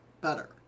better